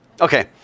Okay